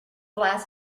last